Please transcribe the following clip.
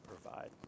provide